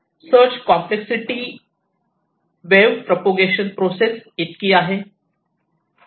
search complex city wave propagation process इतकी आहे